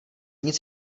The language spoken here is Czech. nic